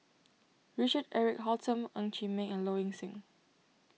Richard Eric Holttum Ng Chee Meng and Low Ing Sing